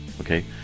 okay